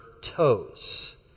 toes